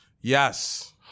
Yes